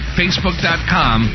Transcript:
facebook.com